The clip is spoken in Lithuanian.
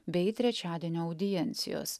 bei trečiadienio audiencijos